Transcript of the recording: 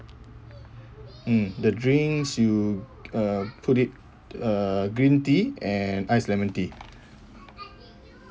mm the drinks you uh put it uh green tea and iced lemon tea